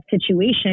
situation